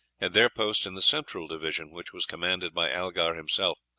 had their post in the central division, which was commanded by algar himself,